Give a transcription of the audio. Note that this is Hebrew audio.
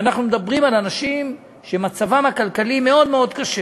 ואנחנו מדברים על אנשים שמצבם הכלכלי מאוד מאוד קשה,